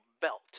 belt